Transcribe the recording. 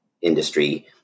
industry